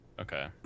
Okay